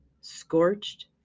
scorched